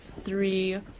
three